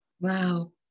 Wow